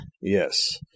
yes